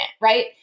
right